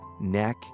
neck